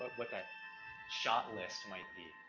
what that shop list might be,